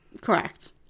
Correct